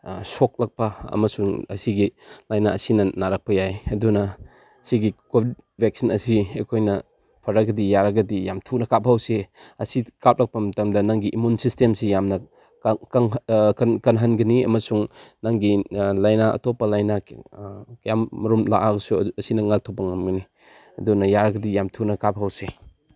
ꯁꯣꯛꯂꯛꯄ ꯑꯃꯁꯨꯡ ꯑꯁꯤꯒꯤ ꯂꯥꯏꯅꯥ ꯑꯁꯤꯅ ꯅꯥꯔꯛꯄ ꯌꯥꯏ ꯑꯗꯨꯅ ꯁꯤꯒꯤ ꯀꯣꯚꯤꯗ ꯚꯦꯛꯁꯤꯟ ꯑꯁꯤ ꯑꯩꯈꯣꯏꯅ ꯐꯔꯒꯗꯤ ꯌꯥꯔꯒꯗꯤ ꯌꯥꯝ ꯊꯨꯅ ꯀꯥꯞꯍꯧꯁꯤ ꯑꯁꯤ ꯀꯥꯞꯂꯛꯄ ꯃꯇꯝꯗ ꯅꯪꯒꯤ ꯏꯃ꯭ꯌꯨꯏꯟ ꯁꯤꯁꯇꯦꯝꯁꯤ ꯌꯥꯝꯅ ꯀꯟꯍꯟꯒꯅꯤ ꯑꯃꯁꯨꯡ ꯅꯪꯒꯤ ꯂꯥꯏꯅꯥ ꯑꯇꯣꯞꯄ ꯂꯥꯏꯅꯥ ꯀꯌꯥꯃꯔꯨꯝ ꯂꯥꯛꯑꯕꯁꯨ ꯑꯁꯤꯅ ꯉꯥꯛꯊꯣꯛꯄ ꯉꯝꯒꯅꯤ ꯑꯗꯨꯅ ꯌꯥꯔꯒꯗꯤ ꯌꯥꯝ ꯊꯨꯅ ꯀꯥꯞꯍꯧꯁꯤ